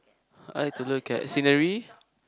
I could look at scenery